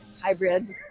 hybrid